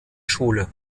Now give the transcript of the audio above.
schule